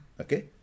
Okay